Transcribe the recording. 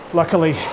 luckily